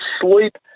sleep